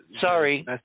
Sorry